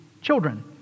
children